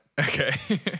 Okay